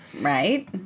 Right